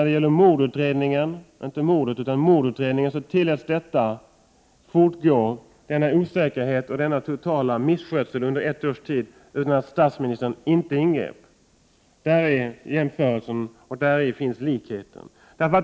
Beträffande mordutredningen, inte mordet, tilläts denna osäkerhet och totala misskötsel fortgå under ett års tid utan att statsministern ingrep. Det är jämförelsen och däri finns likheten.